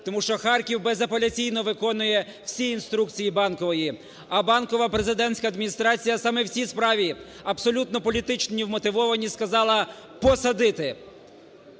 Тому що Харків безапеляційно виконує всі інструкції Банкової. А Банкова, президентська Адміністрація, саме в цій справі, абсолютно політичні вмотивовані, сказала: посадити.